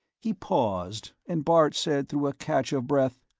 he paused, and bart said through a catch of breath.